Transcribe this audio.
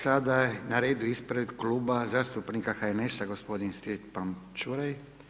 Sada je na redu ispred Kluba zastupnika HNS-a gospodin Stjepan Čuraj.